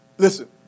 Listen